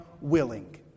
willing